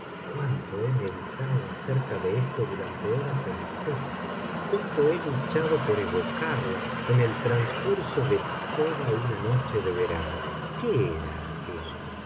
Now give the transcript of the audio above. cuánto he meditado acerca de esto durante horas enteras cuánto he luchado por evocarla en el transcurso de toda una noche de verano qué era aquello